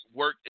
work